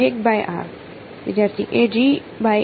1 by r